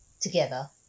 together